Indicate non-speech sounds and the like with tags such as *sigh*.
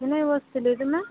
କିଛି ନାହିଁ ବସି ଥିଲି *unintelligible*